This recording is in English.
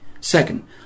Second